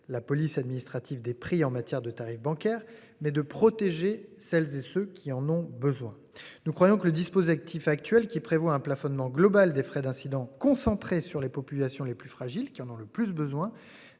la police administrative des prix en matière de tarifs bancaires mais de protéger celles et ceux qui en ont besoin. Nous croyons que le dispose actifs actuel, qui prévoit un plafonnement global des frais d'incident concentrée sur les populations les plus fragiles qui en ont le plus besoin.